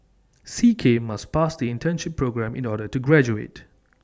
C K must pass the internship programme in order to graduate